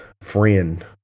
friend